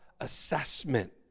assessment